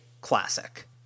classic